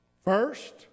first